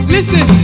Listen